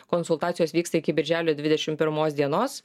konsultacijos vyksta iki birželio dvidešim pirmos dienos